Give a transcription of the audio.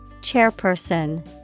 Chairperson